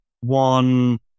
one